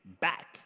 back